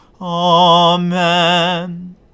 Amen